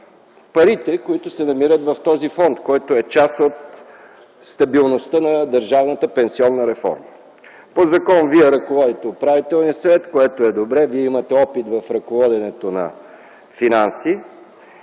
парите, които се намират в този фонд, който е част от стабилността на държавната пенсионна реформа. По закон Вие ръководите Управителния съвет, което е добре. Вие имате опит в ръководенето на финанси.